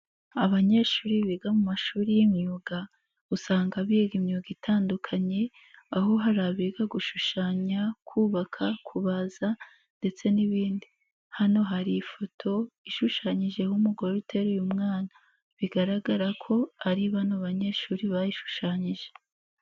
Abanyeshuri biga mu mashuri y'imyuga usanga biga imyuga itandukanye aho hari abiga gushushanya, kubaka, kubaza ndetse n'ibindi hano hari ifoto ishushanyijeho umugore uteruye umwana, bigaragara ko ari bano banyeshuri bayishushanyije.